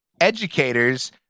educators